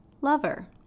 lover